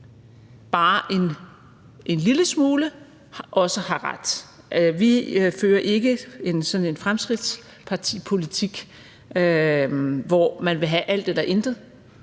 bare en lille smule også har ret. Vi fører ikke sådan en Fremskridtsparti-politik, hvor man vil have alt eller intet,